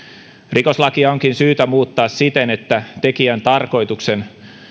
rikoslakia onkin syytä muuttaa siten että tekijän tarkoituksen